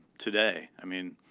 today. i mean,